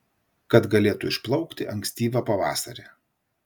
kad galėtų išplaukti ankstyvą pavasarį